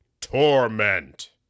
Torment